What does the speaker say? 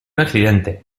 accidente